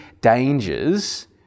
dangers